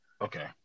Okay